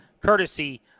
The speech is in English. courtesy